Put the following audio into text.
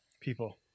people